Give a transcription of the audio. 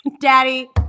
Daddy